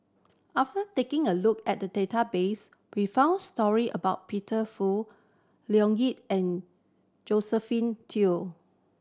after taking a look at database we found story about Peter Fu Leo Yip and Josephine Teo